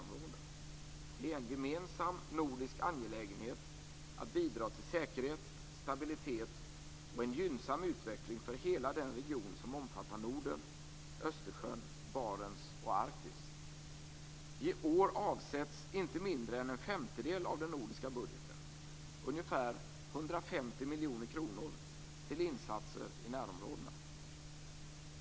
Det är en gemensam nordisk angelägenhet att bidra till säkerhet, stabilitet och en gynnsam utveckling för hela den region som omfattar Norden, Östersjön, Barents och Arktis. I år avsätts inte mindre än en femtedel av den nordiska budgeten, ungefär 150 miljoner kronor, till insatser i närområdena.